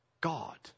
God